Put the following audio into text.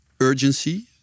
urgency